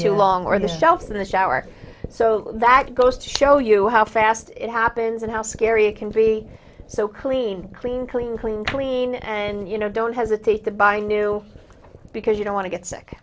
too long or the shelf in the shower so that goes to show you how fast it happens and how scary it can be so clean clean clean clean clean and you know don't hesitate to buy new because you don't want to get sick